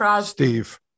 Steve